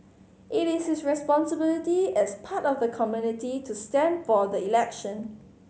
it is his responsibility as part of the community to stand for the election